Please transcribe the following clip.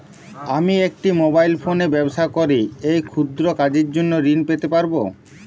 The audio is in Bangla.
আমি একটি মোবাইল ফোনে ব্যবসা করি এই ক্ষুদ্র কাজের জন্য ঋণ পেতে পারব?